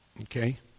Okay